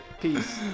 Peace